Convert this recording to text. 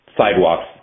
Sidewalks